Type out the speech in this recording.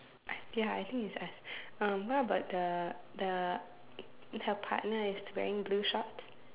ya I think it's us um what about the the her partner is wearing blue shorts